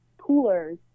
coolers